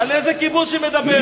על איזה כיבוש היא מדברת?